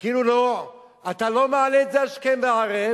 כאילו אתה לא מעלה את זה השכם והערב,